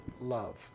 love